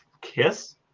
Kiss